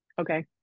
Okay